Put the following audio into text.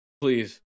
please